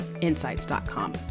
insights.com